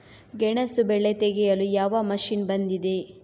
ಗೆಣಸು ಬೆಳೆ ತೆಗೆಯಲು ಯಾವ ಮಷೀನ್ ಬಂದಿದೆ?